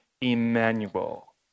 Emmanuel